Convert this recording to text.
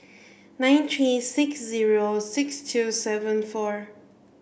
nine three six zero six two seven four